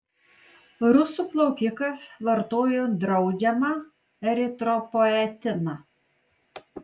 rusų plaukikas vartojo draudžiamą eritropoetiną